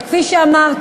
אבל כפי שאמרתי,